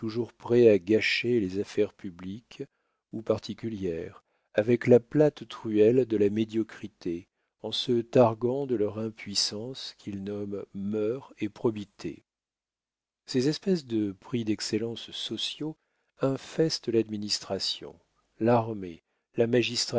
prêts à gâcher les affaires publiques ou particulières avec la plate truelle de la médiocrité en se targuant de leur impuissance qu'ils nomment mœurs et probité ces espèces de prix d'excellence sociaux infestent l'administration l'armée la